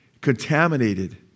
Contaminated